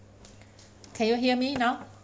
can you hear me now